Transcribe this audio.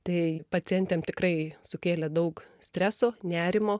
tai pacientėm tikrai sukėlė daug streso nerimo